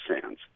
sands